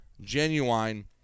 Genuine